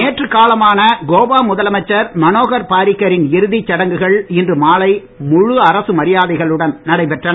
நேற்று காலமான கோவா முதலமைச்சர் மனோகர் பாரிக்கரின் இறுதிச் சடங்குகள் இன்று மாலை முழு அரசு மரியாதைகளுடன் நடைபெற்றன